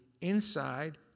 inside